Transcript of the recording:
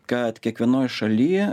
kad kiekvienoj šaly